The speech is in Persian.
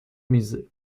میزه